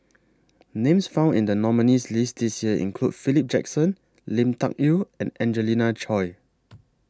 Names found in The nominees' list This Year include Philip Jackson Lui Tuck Yew and Angelina Choy